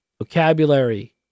vocabulary